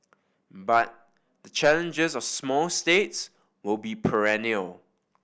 but the challenges of small states will be perennial